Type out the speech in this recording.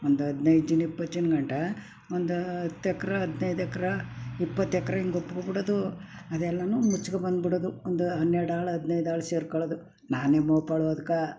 ಒಂದು ಹದ್ನೈದು ಜನ ಇಪ್ಪತ್ತು ಜನ ಗಂಟ ಒಂದು ಹತ್ತು ಎಕ್ರೆ ಹದ್ನೈದು ಎಕ್ರೆ ಇಪ್ಪತ್ತು ಎಕರೆ ಹಿಂಗೆ ಒಪ್ಕೊಂಡ್ಬಿಡೋದು ಅದೆಲ್ಲನೂ ಮುಚ್ಕೋ ಬಂದ್ಬಿಡೋದು ಒಂದು ಹನ್ನೆರ್ಡು ಆಳು ಹದ್ನೈದು ಆಳು ಸೇರ್ಕೊಳ್ಳೋದು ನಾನೆ ಅದ್ಕೆ